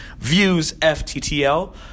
ViewsFTTL